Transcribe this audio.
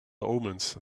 omens